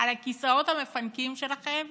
על הכיסאות המפנקים שלכם